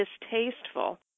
distasteful